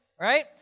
Right